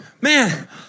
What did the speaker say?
man